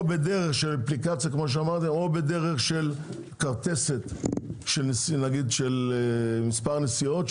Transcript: או שזה יהיה באמצעות אפליקציה או כרטיסיה של מספר נסיעות.